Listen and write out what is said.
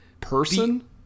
person